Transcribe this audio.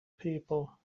people